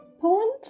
Poland